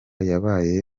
yabaye